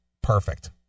Perfect